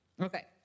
Okay